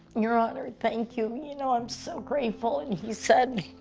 your honor, but thank you, you know i'm so grateful. and he said,